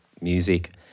music